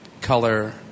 color